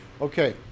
Okay